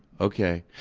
okay.